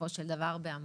בסופו של דבר בעמותות,